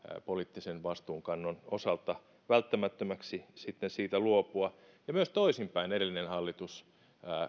poliittisen vastuunkannon osalta katsottiin välttämättömäksi siitä luopua myös toisinpäin edellinen hallitus